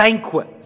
banquet